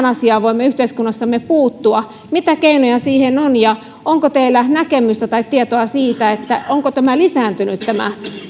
asiaan voimme yhteiskunnassamme puuttua mitä keinoja siihen on ja onko teillä näkemystä tai tietoa siitä onko tämä